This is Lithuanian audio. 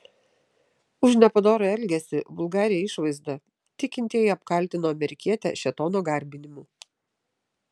už nepadorų elgesį vulgarią išvaizdą tikintieji apkaltino amerikietę šėtono garbinimu